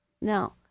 Now